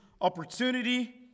opportunity